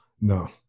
no